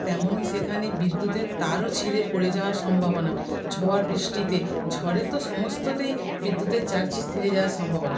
তেমনি সেখানে বিদ্যুতের তারও ছিঁড়ে পড়ে যাওয়ার সম্ভাবনা ঝড় বৃষ্টিতে ঝড়ে তো সমস্ততেই বিদ্যুতের তার ছিঁড়ে যাওয়ার সম্ভাবনা